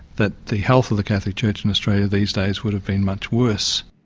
that the health of the catholic church in australia these days, would have been much worse.